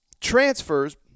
transfers